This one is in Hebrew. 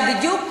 גברתי מוזמנת.